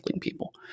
people